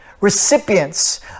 recipients